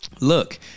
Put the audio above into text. Look